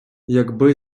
якби